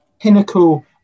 pinnacle